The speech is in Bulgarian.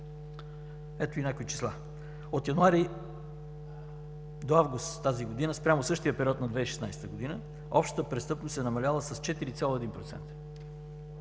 Ето и някои числа: от януари до август тази година спрямо същия период на 2016 г. общата престъпност е намаляла с 4,1%;